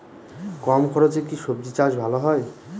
কম খরচে কি সবজি চাষ ভালো হয়?